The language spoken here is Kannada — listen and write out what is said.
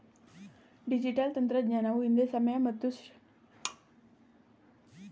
ಡಿಜಿಟಲ್ ತಂತ್ರಜ್ಞಾನವು ಹಿಂದೆ ಸಮಯ ಮತ್ತು ಶ್ರಮದ ಅಗತ್ಯವಿರುವ ಹಲವಾರು ಕೆಲಸಗಳನ್ನ ಸರಳಗೊಳಿಸಿದೆ ಎನ್ನಬಹುದು